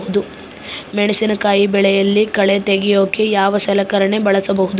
ಮೆಣಸಿನಕಾಯಿ ಬೆಳೆಯಲ್ಲಿ ಕಳೆ ತೆಗಿಯೋಕೆ ಯಾವ ಸಲಕರಣೆ ಬಳಸಬಹುದು?